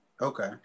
Okay